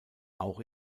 auch